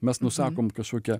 mes nusakom kažkokią